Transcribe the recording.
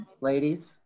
Ladies